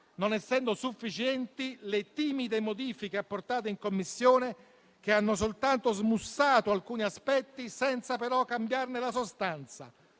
non essendo sufficienti le timide modifiche apportate in Commissione, che hanno soltanto smussato alcuni aspetti senza però cambiarne la sostanza.